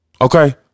okay